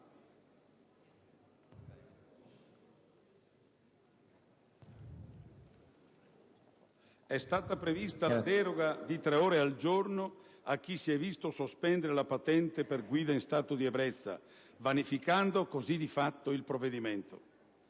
È stata prevista la deroga di tre ore al giorno a chi si è visto sospendere la patente per guida in stato di ebbrezza, vanificando così di fatto il provvedimento.